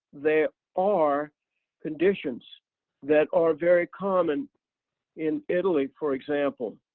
there are conditions that are very common in italy, for example.